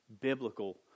biblical